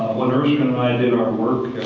when. and i did our work,